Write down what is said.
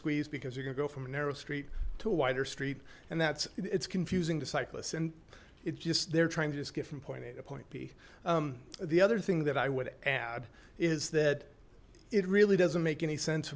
squeezed because you're gonna go from a narrow street to a wider street and that's it's confusing to cyclists and it's just they're trying to just get from point a to point p the other thing that i would add is that it really doesn't make any sense